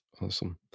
Awesome